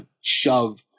shove